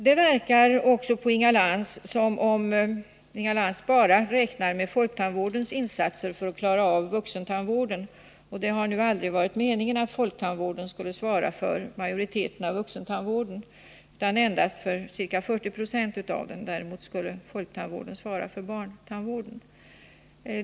Det verkar också som om Inga Lantz bara räknar med folktandvårdens insatser för att klara av vuxentandvården. Men det har inte varit meningen att folktandvården skulle svara för majoriteten av vuxentandvården utan endast för ca 40 20. Däremot skulle folktandvården svara för barntandvården.